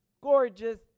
gorgeous